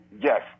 yes